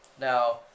Now